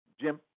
Jim